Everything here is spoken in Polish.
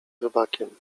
rybakiem